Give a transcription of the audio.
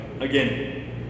Again